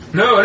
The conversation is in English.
no